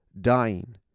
dying